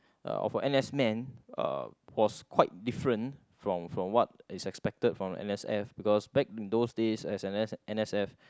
uh of a N_S man uh was quite different from from what is expected from N_S_F because back in those days as an N as an N_S_F